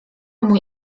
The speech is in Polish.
mój